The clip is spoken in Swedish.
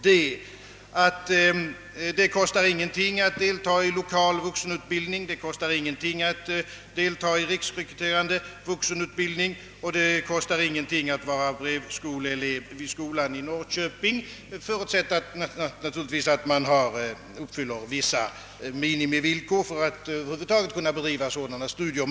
Det kostar ingenting att delta i lokaleller riksrekryterande vuxenutbildning och inte heller att vara brevskoleelev vid skolan i Norrköping — förutsatt givetvis att man uppfyller vissa minimivillkor för att kunna bedriva sådana studier.